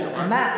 הוא אמר.